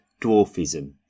dwarfism